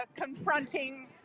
confronting